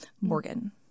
Morgan